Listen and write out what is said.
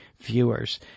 viewers